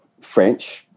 French